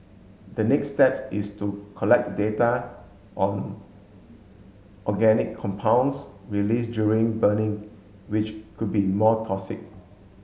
the next steps is to collect data on organic compounds released during burning which could be more toxic